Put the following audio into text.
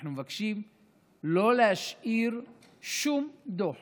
אנחנו מבקשים לא להשאיר שום דוח